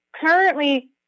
currently